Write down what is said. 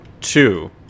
two